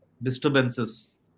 disturbances